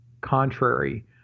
contrary